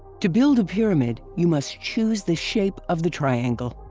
to build a pyramid you must choose the shape of the triangle.